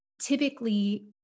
typically